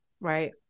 Right